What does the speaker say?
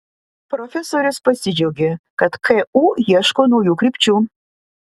profesorius pasidžiaugė kad ku ieško naujų krypčių